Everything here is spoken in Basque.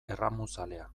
erramuzalea